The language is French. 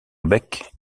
bec